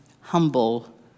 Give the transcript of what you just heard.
humble